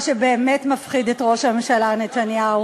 מה שבאמת מפחיד את ראש הממשלה נתניהו